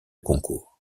concours